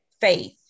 faith